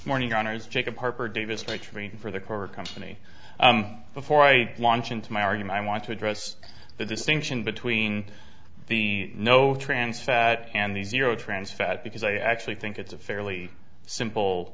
morning honors jacob harper davis my training for the corps company before i launch into my argument i want to address the distinction between the no trans fat and the zero trans fat because i actually think it's a fairly simple